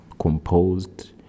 composed